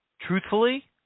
Truthfully